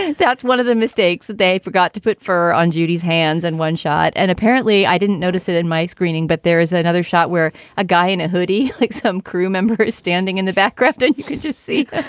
and that's one of the mistakes. they forgot to put four on judy's hands and one shot. and apparently i didn't notice it in my screening. but there is another shot where a guy in a hoodie clicks home, crew member who is standing in the background and you can just see.